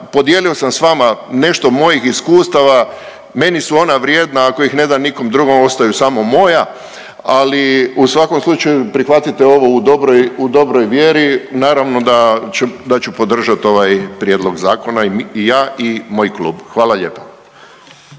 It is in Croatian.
podijelio sam s vama nešto mojih iskustava, meni su ona vrijedna, ako ih ne dam nikom drugom ostaju samo moja, ali u svakom slučaju prihvatite ovo u dobroj, u dobroj vjeri, naravno da, da ću podržat ovaj prijedlog zakona i ja i moj klub. Hvala lijepa.